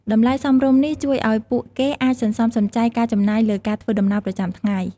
តម្លៃសមរម្យនេះជួយឱ្យពួកគេអាចសន្សំសំចៃការចំណាយលើការធ្វើដំណើរប្រចាំថ្ងៃ។